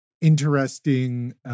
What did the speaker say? interesting